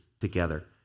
together